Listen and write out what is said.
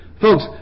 Folks